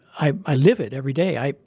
i i live it every day. i,